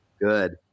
good